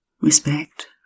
respect